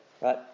right